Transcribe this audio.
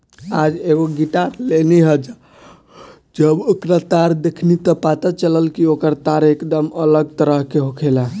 आज एगो गिटार लेनी ह आ जब ओकर तार देखनी त पता चलल कि ओकर तार एकदम अलग तरह के होखेला